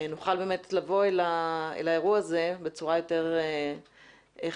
נוכל לבוא אל האירוע הזה בצורה יותר חכמה